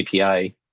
API